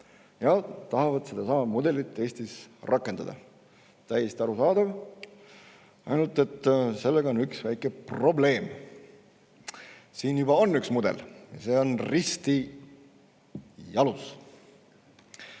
ja tahavad sedasama mudelit Eestis rakendada. Täiesti arusaadav, ainult et sellega on üks väike probleem: siin juba on üks mudel ja see on risti jalus.